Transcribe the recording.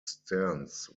stands